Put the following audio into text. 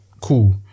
Cool